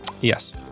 Yes